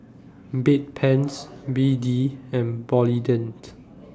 Bedpans B D and Polident